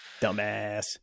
Dumbass